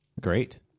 Great